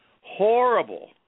Horrible